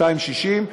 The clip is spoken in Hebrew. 2.60,